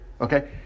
okay